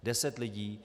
Deset lidí.